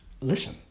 listen